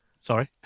Sorry